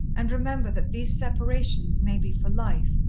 and remember that these separations may be for life,